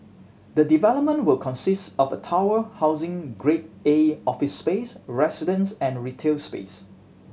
the development will consist of a tower housing Grade A office space residences and retail space